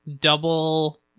double